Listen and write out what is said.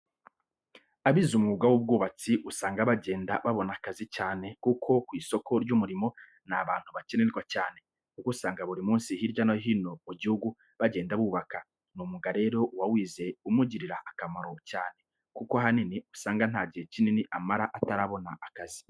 Abize umwuga w'ubwubatsi usanga bagenda babon akazi cyane kuko ku isoko ry'umurimo ni abantu bakenerwa cyane, kuko usanga buri munsi hirya no hino mu gihugu bagenda bubaka. Ni umwuga rero uwawize umugirira akamaro cyane kuko ahanini usanga nta gihe kinini amara atarabona akazi.